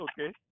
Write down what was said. okay